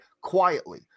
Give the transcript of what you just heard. quietly